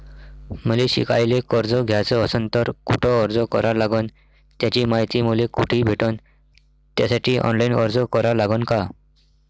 मले शिकायले कर्ज घ्याच असन तर कुठ अर्ज करा लागन त्याची मायती मले कुठी भेटन त्यासाठी ऑनलाईन अर्ज करा लागन का?